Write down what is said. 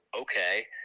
Okay